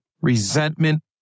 resentment